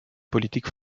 politique